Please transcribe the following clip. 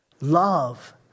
Love